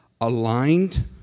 aligned